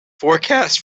forecast